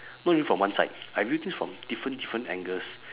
not only from one side I view things from different different angles